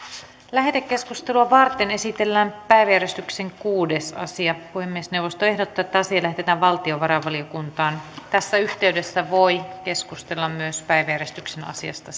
lähetekeskustelua varten esitellään päiväjärjestyksen kuudes asia puhemiesneuvosto ehdottaa että asia lähetetään valtiovarainvaliokuntaan tässä yhteydessä voi keskustella myös päiväjärjestyksen asiasta